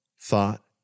thought